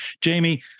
Jamie